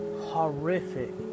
horrific